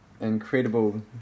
incredible